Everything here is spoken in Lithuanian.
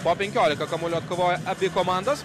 po penkioliką kamuolių atkovojo abi komandos